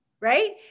right